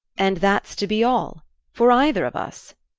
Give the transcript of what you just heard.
and that's to be all for either of us?